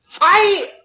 I-